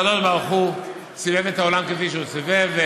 הקדוש-ברוך-הוא סובב את העולם כפי שהוא סובב.